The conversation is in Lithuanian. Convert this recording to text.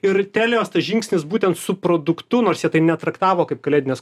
ir telijos tas žingsnis būtent su produktu nors jie tai netraktavo kaip kalėdinės